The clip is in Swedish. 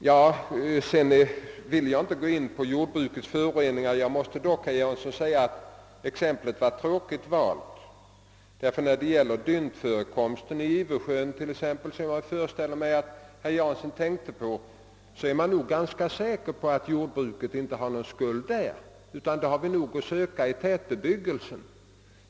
Jag skall inte här gå in på frågan om föroreningarna från jordbruket, men jag måste säga att det exempel som herr Jansson tog var dåligt valt. När det gäller dyntförekomsten i bl.a. Ivösjön, som jag föreställer mig att han tänkte på, är man ganska säker på att jordbruket inte bär skulden, utan att den får sökas i de förhållanden som tätbebyggelsen medför.